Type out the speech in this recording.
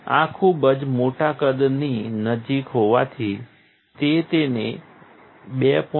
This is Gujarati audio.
આ ખૂબ જ મોટા કદની નજીક હોવાથી તે તેને 2